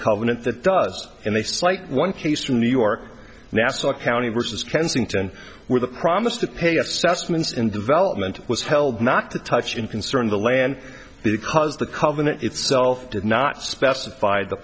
covenant that does and they cite one case from new york nassau county versus kensington where the promise to pay assessments in development was held not to touch and concern the land because the covenant itself did not specify the